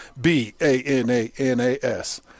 B-A-N-A-N-A-S